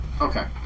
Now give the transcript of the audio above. Okay